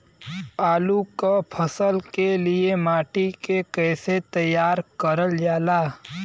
आलू क फसल के लिए माटी के कैसे तैयार करल जाला?